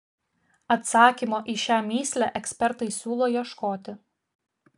atsakymo į šią mįslę ekspertai siūlo ieškoti